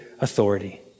authority